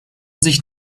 sich